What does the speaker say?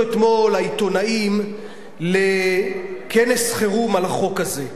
אתמול העיתונאים לכנס חירום על החוק הזה.